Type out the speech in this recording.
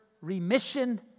remission